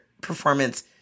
performance